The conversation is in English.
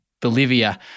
Bolivia